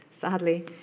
sadly